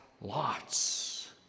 lots